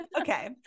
Okay